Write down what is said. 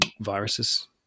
viruses